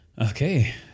okay